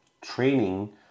training